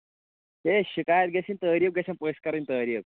ہے شِکایت گژھِنۍ تٲریٖف گژھن پٔژھۍ کَرٕنۍ تٲریٖف